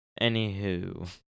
Anywho